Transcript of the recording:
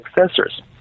successors